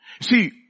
See